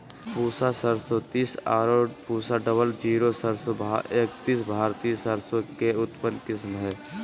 पूसा सरसों तीस आरो पूसा डबल जीरो सरसों एकतीस भारतीय सरसों के उन्नत किस्म हय